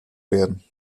werden